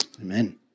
Amen